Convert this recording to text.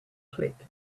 click